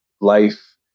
life